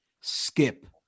Skip